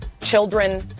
children